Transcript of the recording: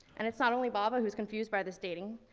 and it's not only baba who's confused by this dating,